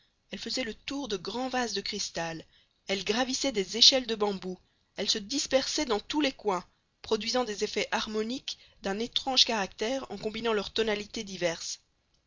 elles faisaient le tour de grands vases de cristal elles gravissaient des échelles de bambou elles se dispersaient dans tous les coins produisant des effets harmoniques d'un étrange caractère en combinant leurs tonalités diverses